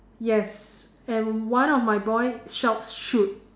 yes and one of my boy shouts shoot